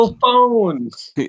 phones